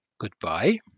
goodbye